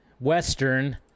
Western